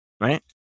right